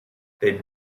they